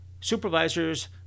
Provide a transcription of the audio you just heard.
Supervisors